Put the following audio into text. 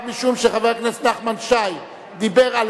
רק משום שחבר הכנסת נחמן שי דיבר על